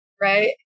right